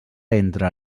entre